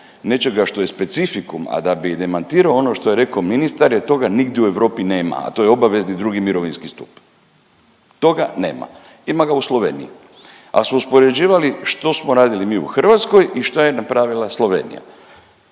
nečega što je specifikum, a da bi demantirao ono što je rekao ministar jer toga nigdje u Europi nema, a to je obavezni 2. mirovinski stup. Toga nema. Ima ga u Sloveniji. Ali su uspoređivali što smo radili mi u Hrvatskoj i šta je napravila Slovenija.